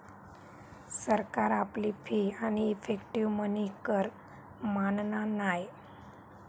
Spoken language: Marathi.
सरकार आपली फी आणि इफेक्टीव मनी कर मानना नाय